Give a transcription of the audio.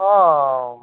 ହଁ